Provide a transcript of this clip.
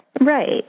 Right